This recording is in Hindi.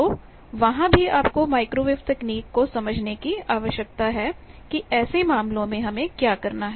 तो वहाँ भी आपको माइक्रोवेव तकनीक को समझने की आवश्यकता है कि ऐसे मामलों में हमें क्या करना है